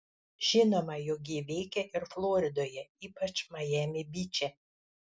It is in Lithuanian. žinoma jog ji veikia ir floridoje ypač majami byče